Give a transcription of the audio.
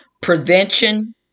Prevention